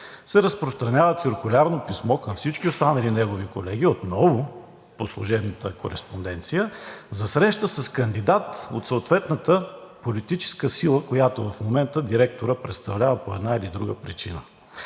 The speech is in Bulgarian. се разпространява циркулярно писмо към всички останали негови колеги, отново по служебната кореспонденция, за среща с кандидат от съответната политическа сила, която в момента директорът представлява по една или друга причина.